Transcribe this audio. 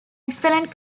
excellent